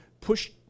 push